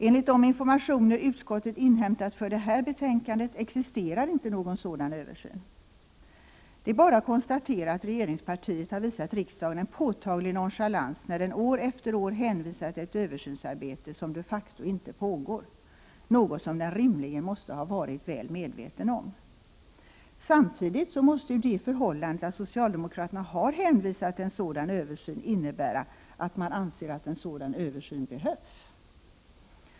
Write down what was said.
Enligt de informationer utskottet inhämtat inför detta betänkande existerar inte någon sådan översyn. Det är bara att konstatera att regeringspartiet har visat riksdagen en påtaglig nonchalans, när den år efter år hänvisat till ett översynsarbete som de facto inte pågår, något som den rimligen måste ha varit väl medveten om. Samtidigt måste ju det förhållandet att socialdemokraterna har hänvisat till en sådan översyn innebära att man anser att en sådan behövs.